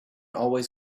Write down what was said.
always